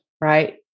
Right